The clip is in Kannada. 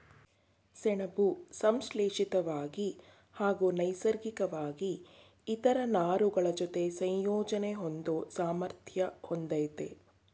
ಸೆಣಬು ಸಂಶ್ಲೇಷಿತ್ವಾಗಿ ಹಾಗೂ ನೈಸರ್ಗಿಕ್ವಾಗಿ ಇತರ ನಾರುಗಳಜೊತೆ ಸಂಯೋಜನೆ ಹೊಂದೋ ಸಾಮರ್ಥ್ಯ ಹೊಂದಯ್ತೆ